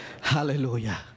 Hallelujah